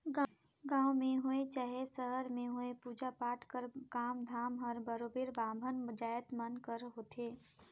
गाँव में होए चहे सहर में होए पूजा पाठ कर काम धाम हर बरोबेर बाभन जाएत मन कर होथे